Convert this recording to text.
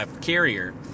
carrier